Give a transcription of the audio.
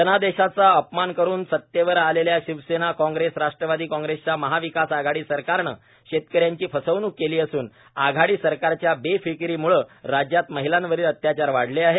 जनादेशाचा अपमान करून सतेवर आलेल्या शिवसेना काँग्रेस राष्ट्रवादी काँग्रेसच्या महाविकास आघाडी आसरकारने शेतकऱ्यांची फसवणूक केली असून आघाडी सरकारच्या बेफिकीरीम्ळे राज्यात महिलांवरील अत्याचार वाढले आहे